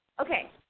Okay